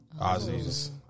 Ozzy's